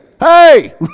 hey